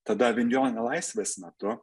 tada avinjono nelaisvės metu